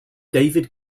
david